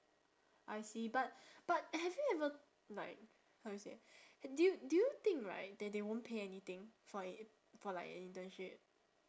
I see but but have you ever like how do you say do you do you think right that they won't pay anything for for like an internship